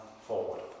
forward